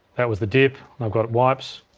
that was the dip, and i've got wipes,